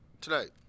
tonight